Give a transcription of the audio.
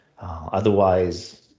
Otherwise